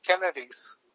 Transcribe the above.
Kennedys